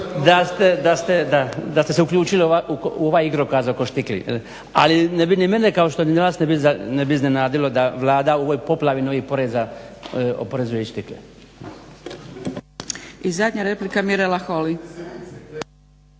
da ste se uključili u ovaj igrokaz oko štikli. Ali ne bi ni mene kao što ni vas ne bi iznenadilo da Vlada u ovoj poplavi novih poreza oporezuje i štikle.